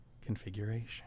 configuration